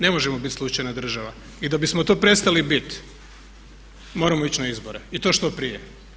Ne možemo biti slučajna država i da bismo to prestali biti, moramo ići na izbore i to što prije.